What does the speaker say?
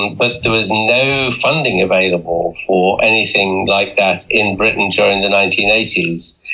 but there was no funding available for anything like that in britain during the nineteen eighty s.